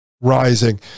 rising